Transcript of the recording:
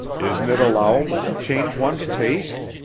isn't it allowable to change one's taste?